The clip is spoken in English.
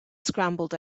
scrambled